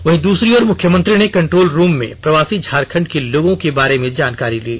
वहीं दूसरी ओर मुख्यमंत्री ने कंट्रोल रूप में प्रवासी झारखंड के लोगों के बारे में जानकारी ली